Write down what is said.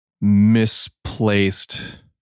misplaced